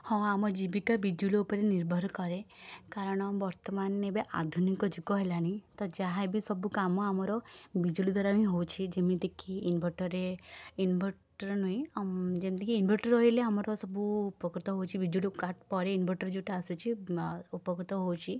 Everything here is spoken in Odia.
ହଁ ଆମ ଜୀବିକା ବିଜୁଳି ଉପରେ ନିର୍ଭର କରେ କାରଣ ବର୍ତ୍ତମାନ ଏବେ ଆଧୁନିକ ଯୁଗ ହେଲାଣି ତ ଯାହା ଏବେ ସବୁ କାମ ଆମର ବିଜୁଳି ଦ୍ୱାରା ହିଁ ହେଉଛି ଯେମିତିକି ଇନଭଟର୍ରେ ଇନଭଟର୍ ନୁହେଁ ଯେମିତିକି ଇନଭଟର୍ ରହିଲେ ଆମର ସବୁ ଉପକୃତ ହେଉଛି ବିଜୁଳି କାଟ ପରେ ଇନଭଟର୍ ଯେଉଁଟା ଆସୁଛି ଉପକୃତ ହେଉଛି